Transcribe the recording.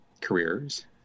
careers